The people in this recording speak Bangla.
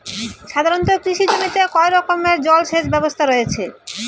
সাধারণত কৃষি জমিতে কয় রকমের জল সেচ ব্যবস্থা রয়েছে?